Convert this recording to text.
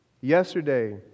Yesterday